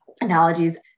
analogies